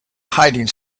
hiding